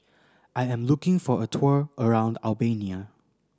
I am looking for a tour around Albania